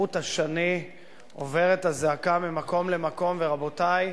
כחוט השני עוברת הזעקה ממקום למקום, ורבותי,